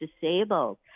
disabled